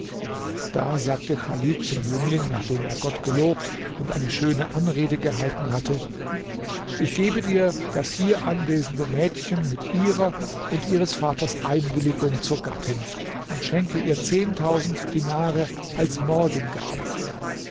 da sagte chalid zum jüngling nachdem er gott gelobt und eine schöne anrede gehalten hatte ich gebe dir das hier anwesende mädchen mit ihrer und ihres vaters einwilligung zur gattin und schenke ihr zehntausend dinare als morgengabe